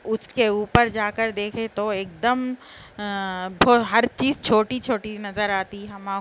اس کے اوپر جا کر دیکھیں تو ایک دم ہر چیز چھوٹی چھوٹی نظر آتی ہم کو